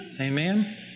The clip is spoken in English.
Amen